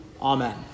Amen